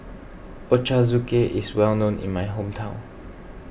Ochazuke is well known in my hometown